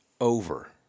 over